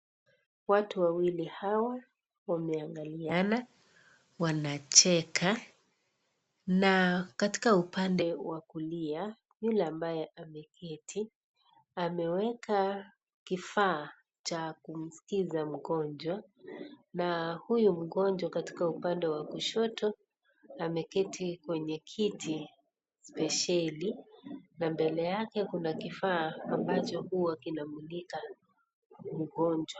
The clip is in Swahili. Watu wawili hawa wameangaliana wanacheka na katika upande wa kulia yule ambaye ameketi ameweka kifaa kwenye kifua cha kumuskiza mgonjwa na huyu mgonjwa katika upande wa kushoto ameketi kwenye kiti spesheli na mbele yake Kuna kifaa ambacho huwa kinamlika mgonjwa.